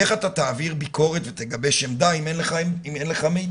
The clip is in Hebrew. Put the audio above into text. איך תעביר ביקורת ותגבש עמדה אם אין לך מידע?